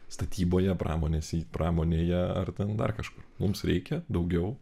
statyboje pramonse pramonėje ar ten dar kažkur mums reikia daugiau